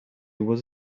was